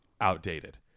outdated